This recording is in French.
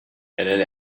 elle